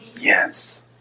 Yes